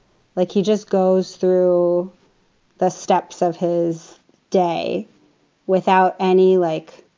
like, he just goes through the steps of his day without any like.